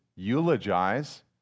eulogize